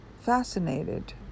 fascinated